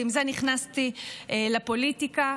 ועם זה נכנסתי לפוליטיקה.